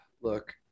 Look